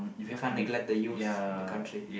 we can't neglect the use the country